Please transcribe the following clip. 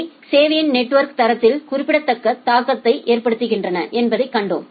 அவை சேவையின் நெட்வொர்க தரத்தில் குறிப்பிடத்தக்க தாக்கத்தை ஏற்படுத்துகின்றன என்பதைக் கண்டோம்